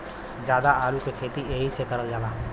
जादा आलू के खेती एहि से करल जाला